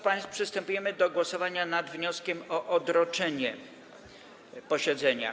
Przystępujemy do głosowania nad wnioskiem o odroczenie posiedzenia.